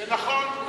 זה נכון.